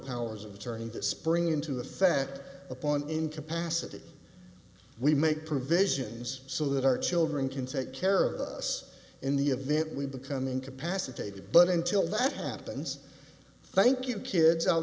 powers of attorney that spring into effect upon incapacity we make provisions so that our children can take care of us in the event we become incapacitated but until that happens thank you kids i'll